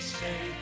say